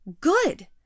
good